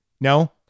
No